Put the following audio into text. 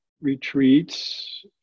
retreats